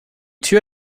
tür